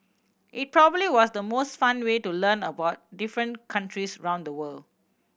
it probably was the most fun way to learn about different countries round the world